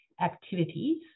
activities